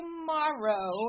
tomorrow